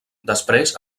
després